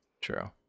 True